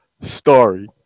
story